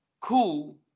cool